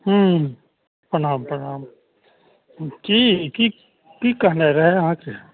हूँ प्रणाम प्रणाम की की की कहने रहय अहाँके